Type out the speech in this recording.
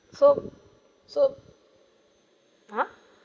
so so ha